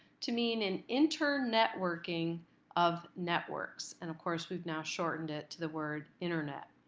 to mean an internetworking of networks. and of course, we've now shortened it to the word internet.